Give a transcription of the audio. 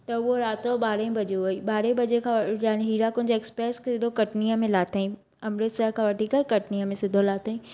त हुओ राति जो बारहे बजे वई बारहे बजे खां यानि हीरा कुंज एक्सप्रैस खे एडो कटनीअ में लाथंई अमृतसर खां वठी करे कटनीअ में सिधो लाथंई